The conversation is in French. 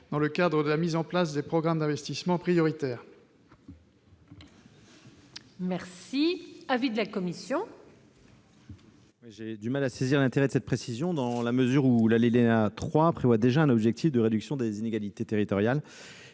dans le cadre de la mise en place des programmes d'investissement prioritaires.